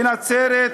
בנצרת,